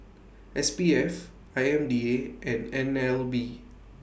S P F I M D A and N L B